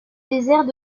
désert